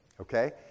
okay